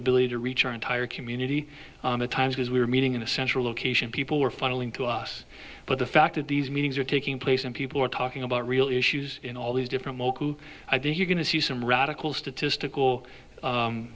ability to reach our entire community on a time because we are meeting in a central location people are funneling to us but the fact that these meetings are taking place and people are talking about real issues in all these different local i think you're going to see some radical statistical